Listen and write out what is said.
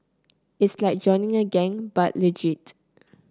it's like joining a gang but legit